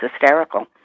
hysterical